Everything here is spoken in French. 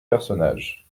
personnages